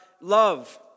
love